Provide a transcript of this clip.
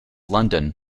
london